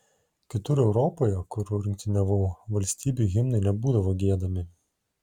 kitur europoje kur rungtyniavau valstybių himnai nebūdavo giedami